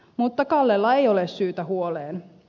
mutta kallella ei ole syytä huoleen